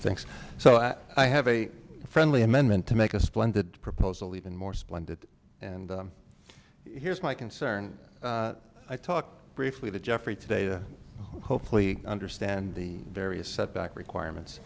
thinks so i i have a friendly amendment to make a splendid proposal even more splendid and here's my concern i talk briefly the jeffrey today to hopefully understand the various setback requirements